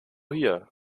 hier